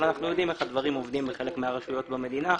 אבל אנחנו יודעים איך הדברים עובדים בחלק מהרשויות במדינה.